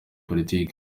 politiki